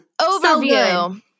overview